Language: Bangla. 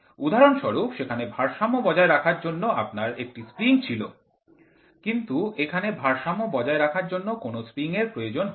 উদাহরণস্বরূপ সেখানে ভারসাম্য বজায় রাখার জন্য আপনার একটি স্প্রিং ছিল কিন্তু এখানে ভারসাম্য বজায় রাখার জন্য কোন স্প্রিং এর প্রয়োজন হয় না